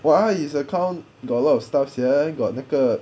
!wah! his account got a lot of stuff sia got 那个